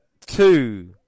Two